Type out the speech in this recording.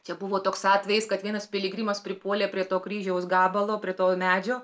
čia buvo toks atvejis kad vienas piligrimas pripuolė prie to kryžiaus gabalo prie to medžio